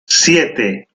siete